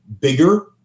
bigger